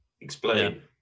explain